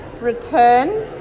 return